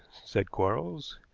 said quarles.